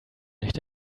nicht